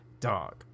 dog